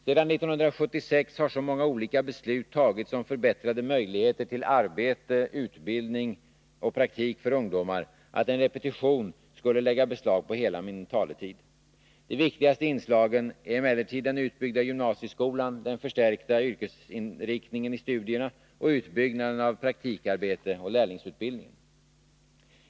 Sedan 1976 har så många olika beslut tagits om förbättrade möjligheter till arbete, utbildning och praktik för ungdomar att en repetition skulle lägga beslag på hela min taletid. De viktigaste inslagen är emellertid den utbyggda gymnasieskolan, den förstärkta yrkesinriktningen i studierna och utbyggnaden av praktikarbete och lärlingsutbildningen.